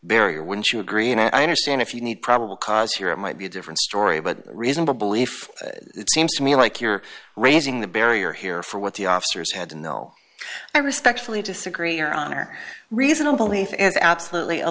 barrier wouldn't you agree and i understand if you need probable cause here and might be a different story but reasonable belief it seems to me like you're raising the barrier here for what the officers had no i respectfully disagree your honor reasonable if it's absolutely a